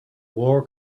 war